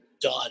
done